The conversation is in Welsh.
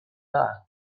dda